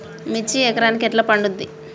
మిర్చి ఎకరానికి ఎట్లా పండుద్ధి?